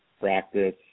practice